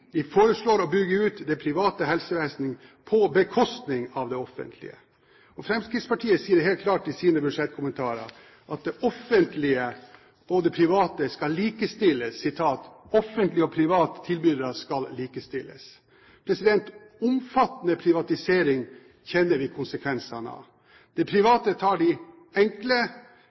de foreslår å bygge ut det private helsevesenet på bekostning av det offentlige. Fremskrittspartiet sier helt klart i sine budsjettkommentarer: «å likestille private og offentlige tilbydere». Omfattende privatisering kjenner vi konsekvensene av. Det private tar de enkle